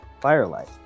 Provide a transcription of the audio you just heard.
firelight